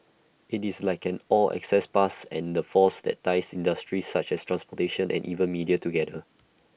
IT is like an 'all access pass' and the force that ties industries such as transportation and even media together